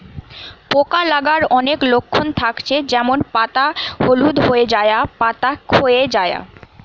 পোকা লাগার অনেক লক্ষণ থাকছে যেমন পাতা হলুদ হয়ে যায়া, পাতা খোয়ে যায়া